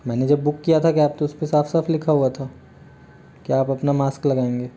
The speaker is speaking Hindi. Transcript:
मैंने जब बुक किया था कि आप तो उस पे साफ साफ लिखा हुआ था कि आप अपना मास्क लगाएंगे